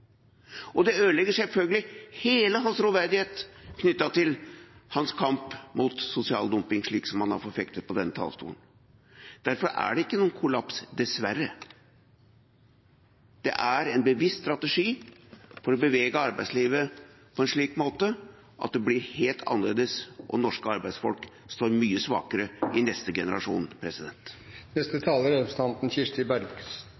Det ødelegger selvfølgelig hele hans troverdighet knyttet til hans kamp mot sosial dumping – slik han har forfektet fra denne talerstolen. Derfor er det ikke noen kollaps – dessverre. Det er en bevisst strategi for å bevege arbeidslivet på en slik måte at det blir helt annerledes, og norske arbeidsfolk står mye svakere i neste generasjon.